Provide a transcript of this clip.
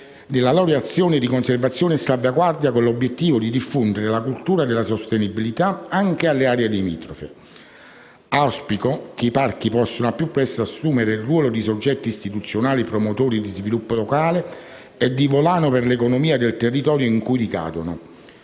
nella loro azione di conservazione e salvaguardia, con l'obiettivo di diffondere la cultura della sostenibilità anche alle aree limitrofe. Auspico che i parchi possano al più presto assumere il ruolo di soggetti istituzionali promotori di sviluppo locale e di volano per l'economia del territorio in cui ricadono.